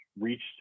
reached